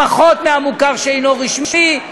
פחות מהמוכר שאינו רשמי,